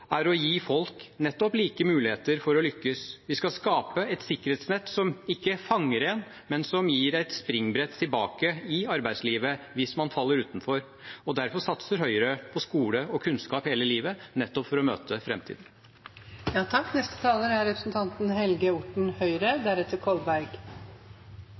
er nettopp å gi folk like muligheter for å lykkes. Vi skal skape et sikkerhetsnett som ikke fanger en, men som gir et springbrett for å komme tilbake i arbeidslivet hvis man faller utenfor. Derfor satser Høyre på skole og kunnskap hele livet – nettopp for å møte framtiden. Perspektivmeldingen og denne debatten er